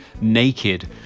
naked